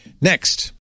Next